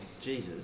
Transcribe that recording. Jesus